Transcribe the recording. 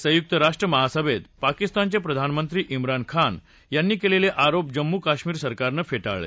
संयुक्त राष्ट्र महासभेत पाकिस्तानचे प्रधानमंत्री भ्रान खान यांनी केलेले आरोप जम्मू कश्मीर सरकारनं फेटाळले